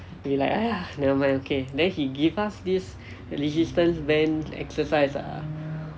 they like !aiya! never mind okay then he give us this resistance band exercise lah